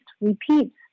repeats